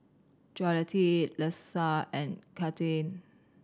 Jolette Lesa and Kathlyn